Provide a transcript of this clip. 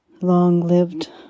long-lived